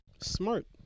Smart